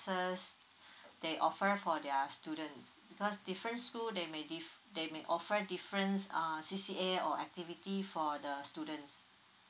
differences they offer for their students because different school they may give they may offer difference um CCA or activity for the students